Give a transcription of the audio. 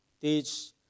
teach